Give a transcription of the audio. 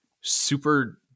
super